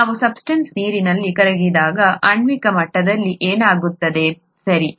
ಒಂದು ಸಬ್ಸ್ಟೆನ್ಸ್ ನೀರಿನಲ್ಲಿ ಕರಗಿದಾಗ ಆಣ್ವಿಕ ಮಟ್ಟದಲ್ಲಿ ಏನಾಗುತ್ತದೆ ಸರಿ